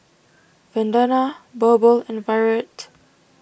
Vandana Birbal and Virat